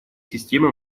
системы